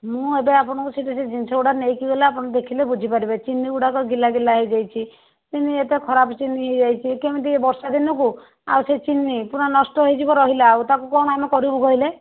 ମୁଁ ଏବେ ଆପଣଙ୍କୁ ସେଠି ସେ ଜିନିଷଗୁଡ଼ା ନେଇକି ଗଲେ ଆପଣ ଦେଖିଲେ ବୁଝିପାରିବେ ଚିନି ଗୁଡ଼ାକ ଗିଲା ଗିଲା ହେଇଯାଇଛି ଚିନି ଏତେ ଖରାପ୍ ଚିନି ହେଇଯାଇଛି କେମିତି ଏ ବର୍ଷା ଦିନକୁ ଆଉ ସେଇ ଚିନି ପୁରା ନଷ୍ଟ ହେଇଯିବ ରହିଲେ ଆଉ ତା'କୁ କ'ଣ ଆମେ କରିବୁ କହିଲେ